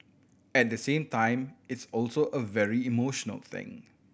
at the same time it's also a very emotional thing